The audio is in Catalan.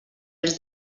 els